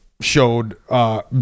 showed